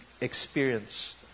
experience